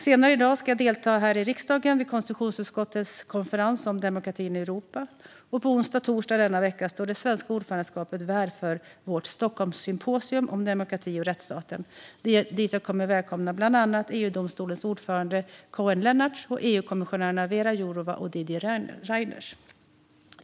Senare i dag ska jag delta här i riksdagen vid konstitutionsutskottets konferens om demokratin i Europa. På onsdag och torsdag denna vecka står det svenska ordförandeskapet värd för vårt Stockholmssymposium om demokrati och rättsstaten, dit jag kommer att välkomna bland andra EU-domstolens ordförande Koen Lenaerts och EU-kommissionärerna Vera Jourová och Didier Reynders.